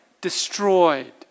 destroyed